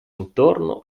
intorno